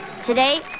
Today